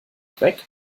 dreck